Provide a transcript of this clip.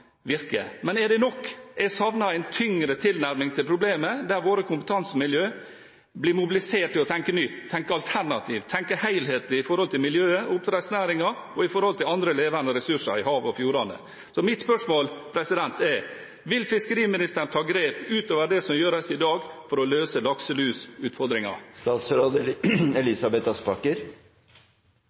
Men er det nok? Jeg savner en tyngre tilnærming til problemet, der våre kompetansemiljø blir mobilisert til å tenke nytt, tenke alternativt, tenke helhetlig i forhold til miljøet og oppdrettsnæringen og i forhold til andre levende ressurser i havet og fjordene. Mitt spørsmål er: Vil fiskeriministeren ta grep utover det som gjøres i dag for å løse